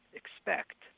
expect